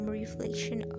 reflection